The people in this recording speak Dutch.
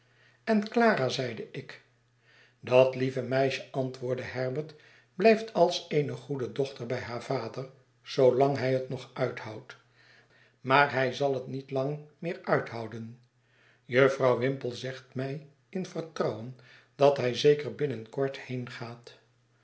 en clara zeide ik dat lieve meisje antwoordde herbert blijft als eene goede dochter by haar vader zoolang hij het nog uithoudt maar hij zal het niet lang meer uithouden jufvrouw whimple zegt mij in vertrouwen dat hij zeker binnen kort